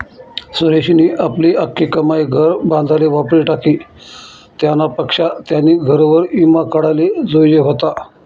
सुरेशनी आपली आख्खी कमाई घर बांधाले वापरी टाकी, त्यानापक्सा त्यानी घरवर ईमा काढाले जोयजे व्हता